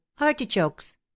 artichokes